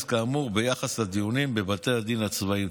כאמור ביחס לדיונים בבתי הדין הצבאיים.